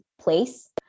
place